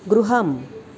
गृहम्